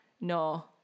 no